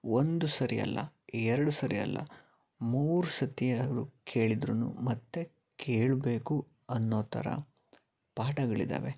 ಒಂದು ಸರಿ ಅಲ್ಲ ಎರಡು ಸರಿ ಅಲ್ಲ ಮೂರು ಸತಿ ಆದರೂ ಕೇಳಿದ್ರೂ ಮತ್ತೂ ಕೇಳಬೇಕು ಅನ್ನೋಥರ ಪಾಠಗಳಿದ್ದಾವೆ